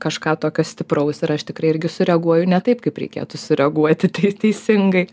kažką tokio stipraus ir aš tikrai irgi sureaguoju ne taip kaip reikėtų sureaguoti te teisingai